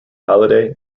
halliday